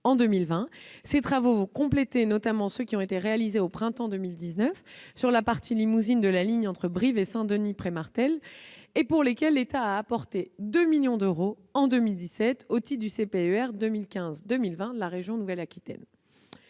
Ces travaux compléteront notamment ceux qui ont été réalisés au printemps 2019 sur la partie limousine de la ligne entre Brive et Saint-Denis-près-Martel, pour lesquels l'État a apporté 2 millions d'euros en 2017 au titre du contrat de plan État-région 2015-2020 de la région Nouvelle-Aquitaine.